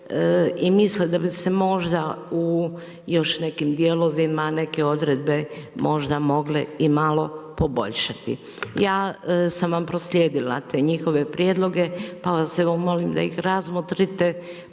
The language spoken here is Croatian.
i misle da bi se možda u još nekim dijelovima, neke odredbe možda mogle i malo poboljšati. Ja sam vam posijedila te njihove prijedloge, pa vas evo molim da ih razmotrite,